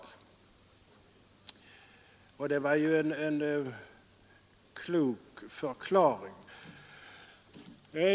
Och det var ju en klok förklaring.